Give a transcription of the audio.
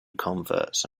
converts